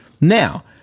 Now